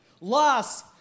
loss